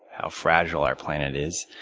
how fragile our planet is.